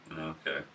Okay